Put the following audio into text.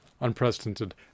unprecedented